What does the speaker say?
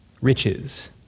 Riches